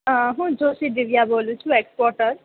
હું જોષી દિવ્યા બોલું છું એક્સપોટર